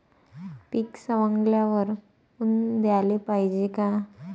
पीक सवंगल्यावर ऊन द्याले पायजे का?